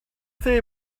they